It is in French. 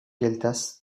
gueltas